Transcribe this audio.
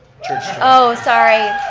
oh, sorry.